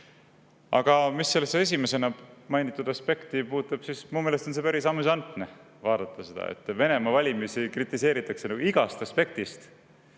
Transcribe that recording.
Aga mis esimesena mainitud aspekti puutub, siis minu meelest on see päris amüsantne, kui vaadata seda, et Venemaa valimisi kritiseeritakse igast aspektist,